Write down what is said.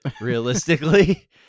realistically